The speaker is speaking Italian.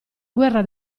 guerra